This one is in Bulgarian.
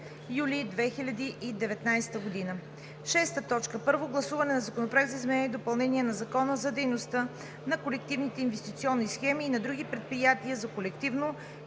юли 2019 г. 6. Първо гласуване на Законопроект за изменение и допълнение на Закона за дейността на колективните инвестиционни схеми и на други предприятия за колективно